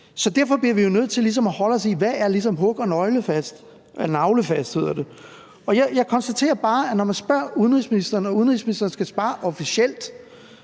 Så derfor bliver vi jo nødt til ligesom at holde os til, hvad der ligesom er hug- og nagelfast. Jeg konstaterer bare, at når man spørger udenrigsministeren og udenrigsministeren skal svare officielt,